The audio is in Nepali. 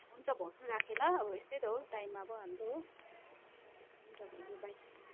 हुन्छ भाउजू राखेँ ल अब यस्तै त हो टाइम अब हाम्रो हो हुन्छ भाउजू बाइ